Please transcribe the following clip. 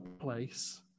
place